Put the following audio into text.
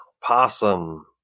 possum